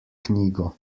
knjigo